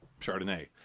Chardonnay